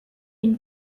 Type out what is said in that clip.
une